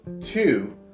two